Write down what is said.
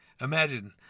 Imagine